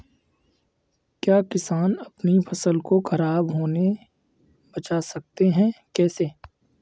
क्या किसान अपनी फसल को खराब होने बचा सकते हैं कैसे?